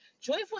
Joyful